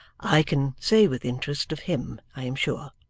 i can say, with interest, of him, i am sure